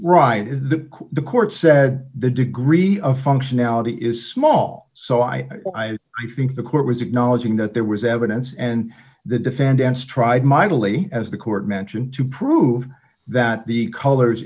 right the the court said the degree of functionality is small so i think the court was acknowledging that there was evidence and the defendants tried mightily as the court mentioned to prove that the colors